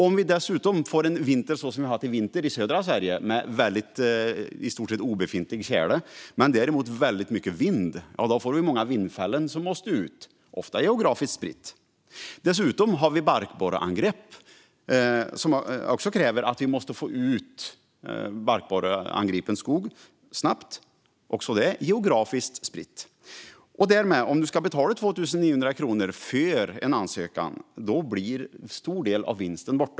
Om vi dessutom får en vinter som den nu man haft i södra Sverige, med i stort sett obefintlig tjäle men däremot väldigt mycket vind, får vi många vindfällen som måste ut. Dessa är också ofta geografiskt spridda. Dessutom har vi barkborreangrepp som kräver att vi får ut barkborreangripen skog snabbt. Också detta är geografiskt spritt. Om man ska betala 2 900 kronor för en ansökan försvinner därmed en stor del av vinsten.